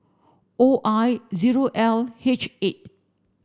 O I zero L H eight